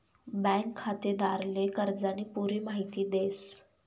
bank खातेदारले कर्जानी पुरी माहिती देस